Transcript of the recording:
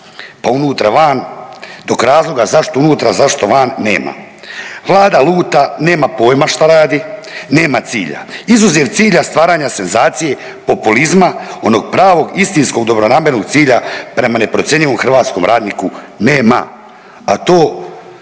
pa unutra van dok razloga zašto unutra, zašto van nema. Vlada luta nema pojma šta radi, nema cilja, izuzev cilja stvaranja senzacije, populizma onog pravog istinskog dobronamjernog cilja prema neprocjenjivom hrvatskom radniku nema, a to